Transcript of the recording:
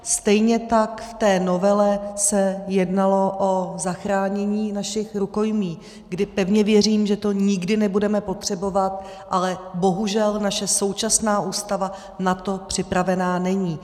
Stejně tak v té novele se jednalo o zachránění našich rukojmí, kdy pevně věřím, že to nikdy nebudeme potřebovat, ale bohužel naše současná Ústava na to připravená není.